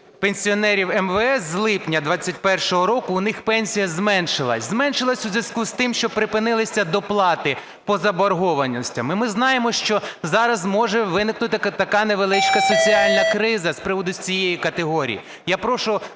пенсіонерів МВС, з липня 21-го року у них пенсія зменшилась. Зменшилась у зв'язку з тим, що припинилися доплати по заборгованостям. І ми знаємо, що зараз може виникнути така невеличка соціальна криза з приводу цієї категорії.